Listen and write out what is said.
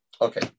Okay